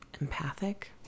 empathic